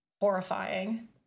horrifying